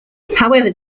however